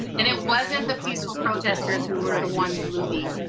and it wasn't the peaceful protestors who were the ones looting.